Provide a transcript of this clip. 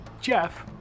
Jeff